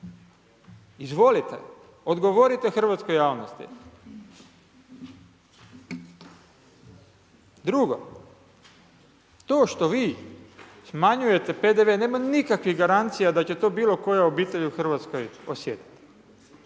Izvolite, odgovorite hrvatskoj javnosti. Drugo, to što vi smanjujete PDV nema nikakvih garancija da će to bilo koja obitelj u Hrvatskoj osjetit.